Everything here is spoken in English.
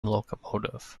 locomotive